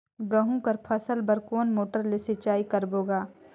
गहूं कर फसल बर कोन मोटर ले सिंचाई करबो गा?